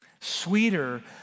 Sweeter